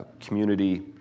community